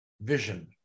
vision